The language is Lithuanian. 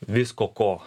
visko ko